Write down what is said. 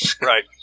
Right